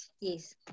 yes